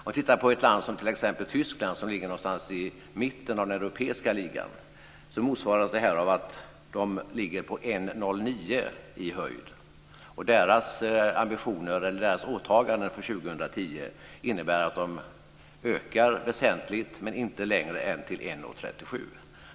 Om vi tittar på ett land som t.ex. Tyskland, som ligger någonstans i mitten av den europeiska ligan, motsvaras det av att det ligger på 1,09 i höjd. Deras åtagande för år 2010 innebär att de ökar väsentligt, men inte längre än till 1,37.